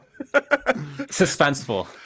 Suspenseful